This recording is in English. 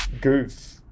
goof